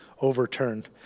overturned